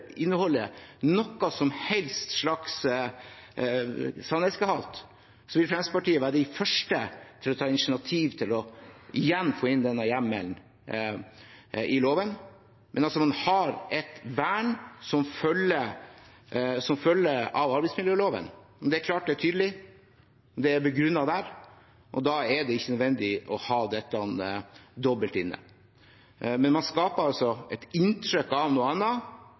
som helst slags sannhetsgehalt, vil Fremskrittspartiet være de første til å ta initiativ til å få denne hjemmelen inn igjen i loven. Man har altså et vern som følger av arbeidsmiljøloven, det er klart og tydelig begrunnet der, og da er det ikke nødvendig å ha dette dobbelt inne. Men man skaper altså et inntrykk av noe